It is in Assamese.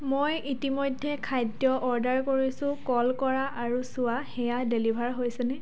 মই ইতিমধ্যে খাদ্য অৰ্ডাৰ কৰিছোঁ কল কৰা আৰু চোৱা সেয়া ডেলিভাৰ হৈছে নে